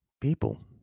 people